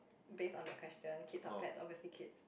based on the question kids or pets obviously kids